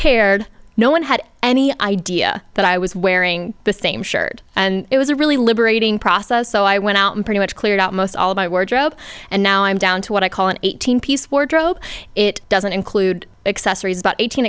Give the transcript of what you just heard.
cared no one had any idea that i was wearing the same shirt and it was a really liberating process so i went out and pretty much cleared out most all of my wardrobe and now i'm down to what i call an eighteen piece wardrobe it doesn't include accessories about eighteen